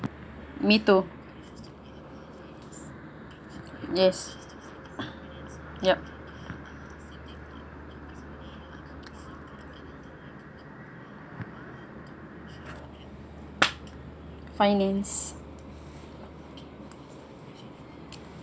me too yes yup finance